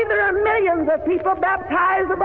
and are are millions of but people baptized